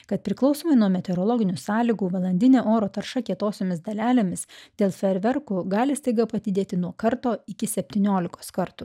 kad priklausomai nuo meteorologinių sąlygų valandinė oro tarša kietosiomis dalelėmis dėl fejerverkų gali staiga padidėti nuo karto iki septyniolikos kartų